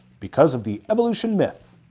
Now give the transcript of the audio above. because of the evolution myth.